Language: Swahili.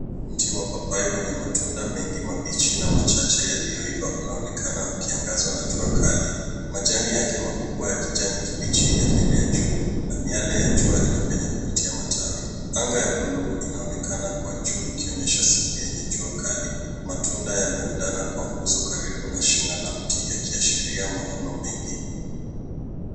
Mti wa papai wenye matunda mengi mabichi na machache yaliyoiva unaonekana ukiangazwa na jua kali. Majani yake makubwa ya kijani kibichi yameenea juu, na miale ya jua inapenya kupitia matawi. Anga ya bluu inaonekana kwa juu ikionyesha siku yenye jua kali. Matunda yameundana kwa nguzo karibu na shina la mti yakiashiria mavuno mengi.